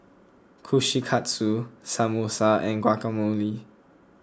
Kushikatsu Samosa and Guacamole